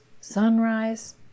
sunrise